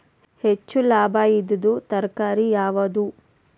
ಹೆಚ್ಚು ಲಾಭಾಯಿದುದು ತರಕಾರಿ ಯಾವಾದು?